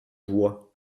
joie